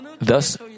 Thus